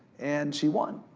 and she won.